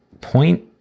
point